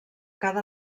cada